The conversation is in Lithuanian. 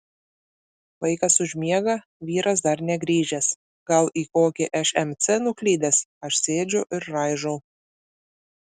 vaikas užmiega vyras dar negrįžęs gal į kokį šmc nuklydęs aš sėdžiu ir raižau